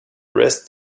rest